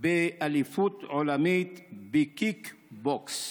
באליפות עולמית בקיקבוקס.